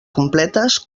completes